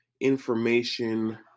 information